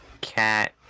cat